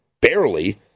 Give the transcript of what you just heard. barely